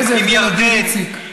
איזה הבדל אדיר, איציק.